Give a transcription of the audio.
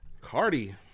Cardi